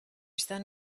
son